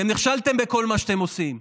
אתם נכשלתם בכל מה שאתם עושים.